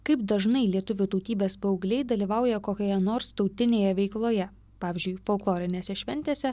kaip dažnai lietuvių tautybės paaugliai dalyvauja kokioje nors tautinėje veikloje pavyzdžiui folklorinėse šventėse